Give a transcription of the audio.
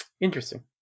interesting